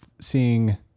seeing